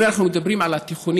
אם אנחנו מדברים על התיכונים,